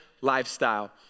lifestyle